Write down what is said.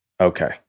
okay